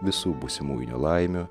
visų būsimųjų nelaimių